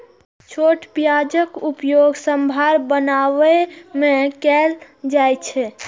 छोट प्याजक उपयोग सांभर बनाबै मे कैल जाइ छै